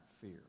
fear